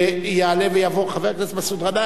יעלה ויבוא חבר הכנסת מסעוד גנאים.